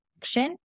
action